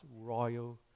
royal